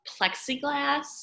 plexiglass